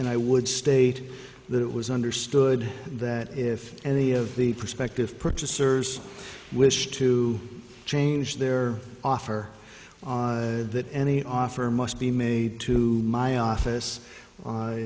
and i would state that it was understood that if any of the prospective purchasers wish to change their offer that any offer must be made to my office